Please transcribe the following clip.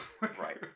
right